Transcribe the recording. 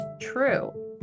true